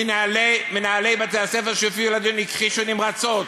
מנהלי בתי-הספר שהופיעו לדיון הכחישו נמרצות,